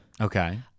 Okay